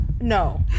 no